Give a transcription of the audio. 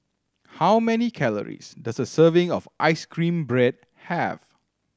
how many calories does a serving of ice cream bread have